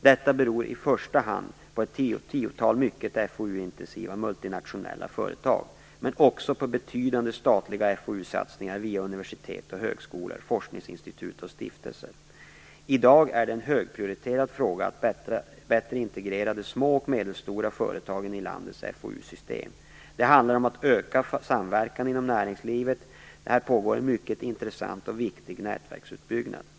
Detta beror i första hand på ett tiotal mycket FoU-intensiva multinationella företag, men också på betydande statliga FoU-satsningar via universitet och högskolor, forskningsinstitut och stiftelser. I dag är det en högprioriterad fråga att bättre integrera de små och medelstora företagen i landets FoU-system. Det handlar om att öka samverkan inom näringslivet. Här pågår en mycket intressant och viktig nätverksutbyggnad.